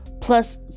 plus